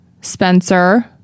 Spencer